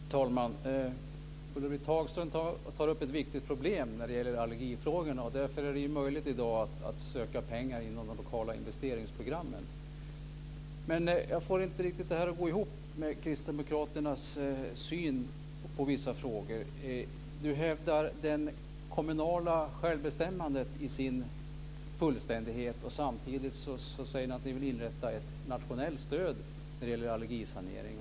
Fru talman! Ulla-Britt Hagström tar upp ett viktigt problem när det gäller allergifrågorna. Det är på grund av det problemet som det i dag är möjligt att söka pengar inom de lokala investeringsprogrammen. Men jag får det inte att riktigt gå ihop med kristdemokraternas syn på vissa frågor. Ulla-Britt Hagström hävdar det fullständiga kommunala självbestämmandet, men samtidigt säger ni att ni vill inrätta ett nationellt stöd när det gäller allergisanering.